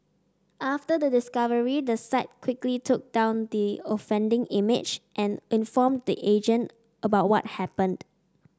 after the discovery the site quickly took down the offending image and informed the agent about what happened